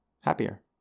happier